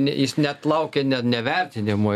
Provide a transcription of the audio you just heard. ne jis net laukia ne ne ne vertinimo